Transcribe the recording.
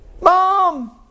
mom